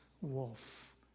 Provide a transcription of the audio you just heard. wolf